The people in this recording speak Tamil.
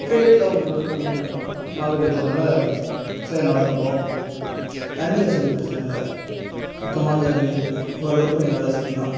ரேட்டில கொஞ்சம் ஓரளவுக்கு கம்மியானது தான் காவேரி இருக்கறதுனால விவசாயம் நல்லா இருக்கும் தண்ணி வசதி பிரச்சனை இல்லை சுத்தமான தண்ணீர் ஓரளவுக்கு கொஞ்சம் நல்ல சிட்டி தான்